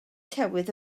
tywydd